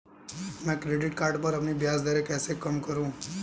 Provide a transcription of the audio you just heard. मैं credit card पर अपनी ब्याज दरें कैसे कम करूँ?